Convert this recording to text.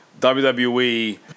WWE